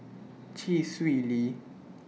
Chee Swee Lee